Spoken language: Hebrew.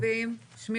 לא